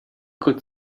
could